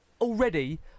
already